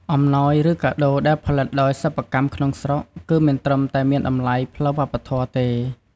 អំណោយឬកាដូដែលផលិតដោយសិប្បកម្មក្នុងស្រុក គឺមិនត្រឹមតែមានតម្លៃផ្លូវវប្បធម៌ទេ។